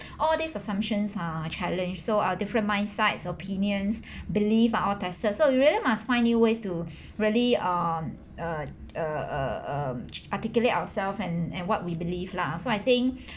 all these assumptions are challenge so our different mindsets opinions believe are all tested so we really must find new ways to really um err err err articulate ourselves and and what we believe lah so I think